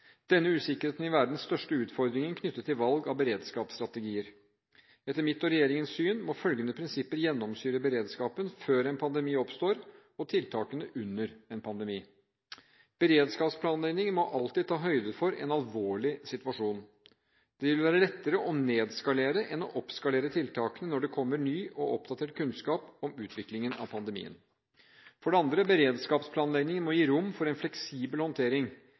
Denne usikkerheten vil være den største utfordringen knyttet til valg av beredskapsstrategier. Etter mitt og regjeringens syn må følgende prinsipper gjennomsyre beredskapen både før en pandemi oppstår og tiltakene under en pandemi: For det første: Beredskapsplanleggingen må bestandig ta høyde for en alvorlig situasjon. Det vil være lettere å nedskalere enn å oppskalere tiltakene når det kommer ny og oppdatert kunnskap om utviklingen av pandemien. For det andre: Beredskapsplanleggingen må gi rom for en fleksibel håndtering.